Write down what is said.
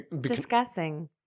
Discussing